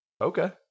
okay